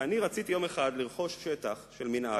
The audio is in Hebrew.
כשאני רציתי יום אחד לרכוש שטח של המינהל,